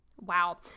Wow